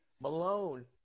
Malone